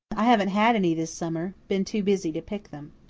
i haven't had any this summer been too busy to pick them.